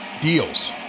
deals